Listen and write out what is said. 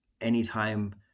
anytime